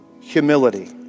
Humility